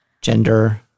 gender